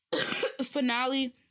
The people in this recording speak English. finale